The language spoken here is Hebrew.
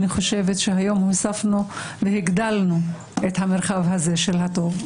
אני חושבת שהיום הוספנו והגדלנו את המרחב הזה של הטוב,